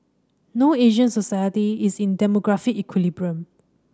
no Asian society is in demographic equilibrium